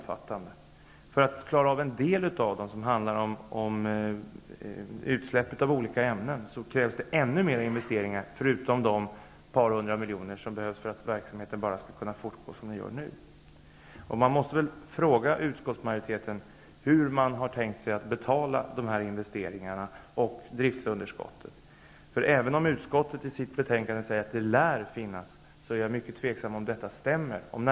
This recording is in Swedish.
För att komma till rätta med en del av utsläppen av olika ämnen krävs det ännu mer pengar till investeringar, förutom de par hundra miljoner som krävs för att verksamheten skall kunna fortgå som den gör nu. Jag måste fråga utskottsmajoriteten hur man har tänkt sig att betala dessa investeringar och hur man har tänkt sig att komma till rätta med driftsunderskottet. Även om utskottet i sitt betänkande säger att det ''lär'' finnas ett intresse, är jag mycket tveksam till om detta verkligen stämmer.